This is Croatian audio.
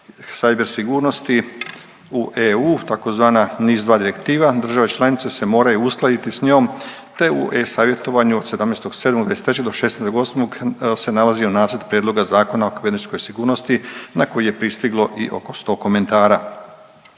cyber sigurnosti u EU tzv. NIS 2 direktiva, države članice se moraju uskladiti s njom te u e-Savjetovanju od 17.7.'23. do 16.8. se nalazio Nacrt prijedloga Zakona o kibernetičkoj sigurnosti na koji je pristiglo i oko sto komentara.